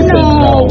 no